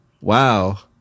Wow